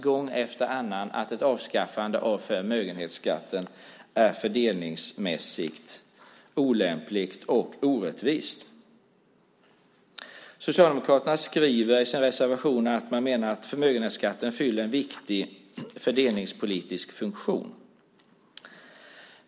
Gång efter annan betonas att ett avskaffande av förmögenhetsskatten är fördelningsmässigt olämpligt och orättvist. Socialdemokraterna menar i sin reservation att förmögenhetsskatten fyller en viktig fördelningspolitisk funktion.